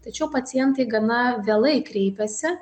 tačiau pacientai gana vėlai kreipiasi